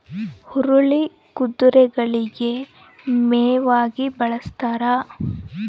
ಹುರುಳಿ ಕುದುರೆಗಳಿಗೆ ಮೇವಾಗಿ ಬಳಸ್ತಾರ